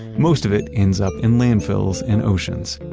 most of it ends up in landfills and oceans.